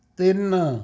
ਤਿੰਨ